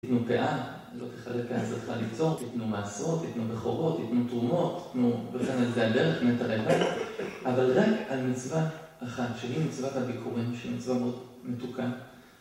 יתנו פאה, לא תכלה פאת שדך לקצור, יתנו מעשרות, יתנו בכורות, יתנו תרומות, יתנו וכן על זה הדרך, יתנו נטע רבעי, אבל רק על מצווה אחת, שהיא מצוות הביכורים, שהיא מצווה מתוקה.